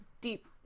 deep